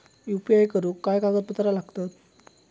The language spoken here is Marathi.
यू.पी.आय करुक काय कागदपत्रा लागतत?